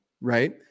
Right